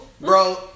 Bro